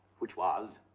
which was?